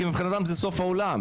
כי מבחינתם זה סוף העולם,